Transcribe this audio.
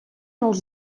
els